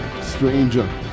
Stranger